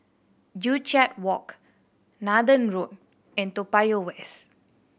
Joo Chiat Walk Nathan Road and Toa Payoh West